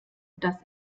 dass